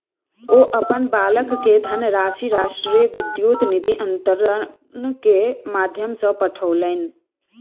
ओ अपन बालक के धनराशि राष्ट्रीय विद्युत निधि अन्तरण के माध्यम सॅ पठौलैन